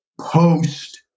post